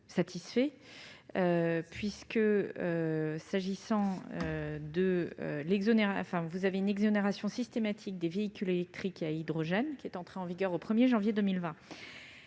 satisfait. L'exonération systématique des véhicules électriques à hydrogène est entrée en vigueur au 1 janvier 2020.